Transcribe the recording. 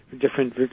different